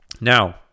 Now